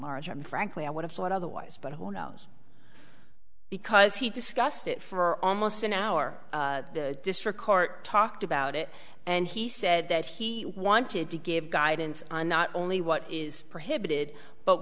large i mean frankly i would have thought otherwise but who knows because he discussed it for almost an hour the district court talked about it and he said that he wanted to give guidance on not only what is prohibited but